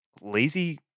lazy